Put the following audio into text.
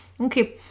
Okay